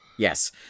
Yes